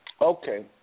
Okay